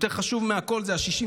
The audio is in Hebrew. יותר חשוב מהכול זה ה-64.